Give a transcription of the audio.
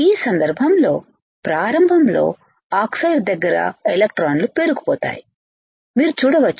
ఈ సందర్భంలో ప్రారంభంలో ఆక్సైడ్ దగ్గర ఎలక్ట్రాన్లు పేరుకుపోతాయి మీరు చూడవచ్చు